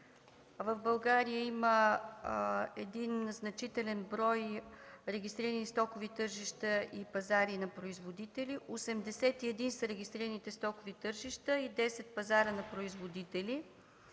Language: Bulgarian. в България има значителен брой регистрирани стокови тържища и пазари на производители – 81 са регистрираните стокови тържища и 10 пазара на производители.